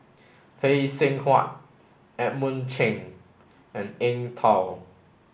Phay Seng Whatt Edmund Chen and Eng Tow